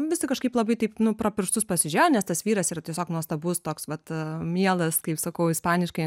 visi kažkaip labai taip nu pro pirštus pasižiūrėjo nes tas vyras yra tiesiog nuostabus toks vat mielas kaip sakau ispaniškai